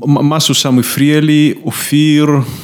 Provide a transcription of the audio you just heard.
‫משהו שם ופרילי, אופיר.